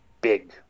big